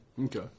Okay